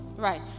Right